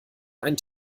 ein